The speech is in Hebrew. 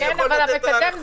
אני יכול לתת הערכות,